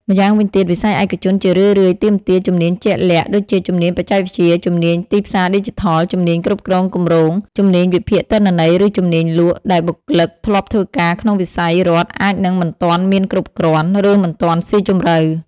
ម៉្យាងវិញទៀត វិស័យឯកជនជារឿយៗទាមទារជំនាញជាក់លាក់ ដូចជាជំនាញបច្ចេកវិទ្យាជំនាញទីផ្សារឌីជីថល ជំនាញគ្រប់គ្រងគម្រោង ជំនាញវិភាគទិន្នន័យឬជំនាញលក់ ដែលបុគ្គលិកធ្លាប់ធ្វើការក្នុងវិស័យរដ្ឋអាចនឹងមិនទាន់មានគ្រប់គ្រាន់ ឬមិនទាន់ស៊ីជម្រៅ។